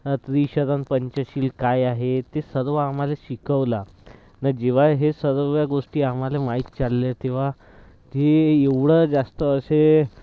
त्रिशरण पंचशील काय आहे ते सर्व आम्हांला शिकवलं मग जेव्हा हे सर्व गोष्टी आम्हांला माहीत चालले तेव्हा हे एवढं जास्त असे